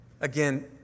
Again